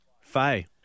Faye